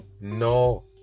No